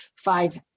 Five